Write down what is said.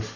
F